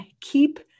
keep